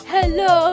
Hello